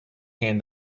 hand